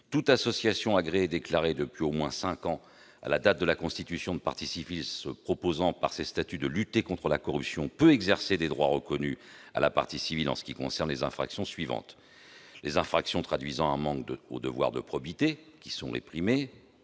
toute association agréée déclarée depuis au moins cinq ans à la date de la constitution de partie civile, se proposant par ses statuts de lutter contre la corruption, peut exercer les droits reconnus à la partie civile en ce qui concerne les infractions suivantes : les infractions traduisant un manquement au devoir de probité, réprimées